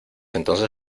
entonces